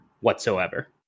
whatsoever